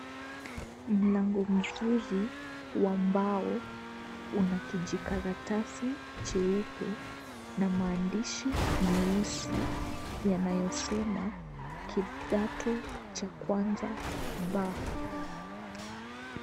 Mlango mzuri wa mbao unakijikaratasi cheupe na maandishi meusi yanayosema kidato cha kwanza ba.